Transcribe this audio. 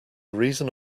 reason